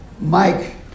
mike